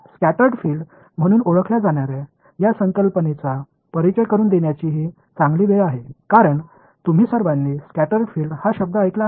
scattered field म्हणून ओळखल्या जाणार्या या संकल्पनेचा परिचय करुन देण्याची ही चांगली वेळ आहे कारण तुम्ही सर्वांनी स्कॅटर्ड फील्ड हा शब्द ऐकला आहे